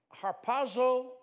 harpazo